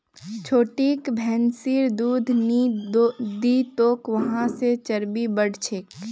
छोटिक भैंसिर दूध नी दी तोक वहा से चर्बी बढ़ छेक